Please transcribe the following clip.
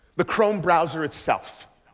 the chrome browser itself.